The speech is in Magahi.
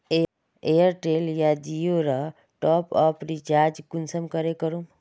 एयरटेल या जियोर टॉप आप रिचार्ज कुंसम करे करूम?